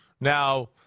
Now